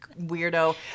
weirdo